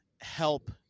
help